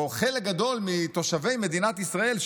או חלק גדול מתושבי מדינת ישראל,